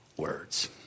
words